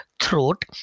throat